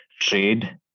trade